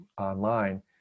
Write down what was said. online